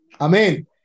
Amen